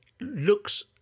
looks